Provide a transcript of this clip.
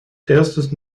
erstes